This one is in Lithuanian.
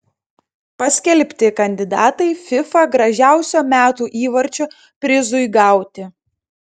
paskelbti kandidatai fifa gražiausio metų įvarčio prizui gauti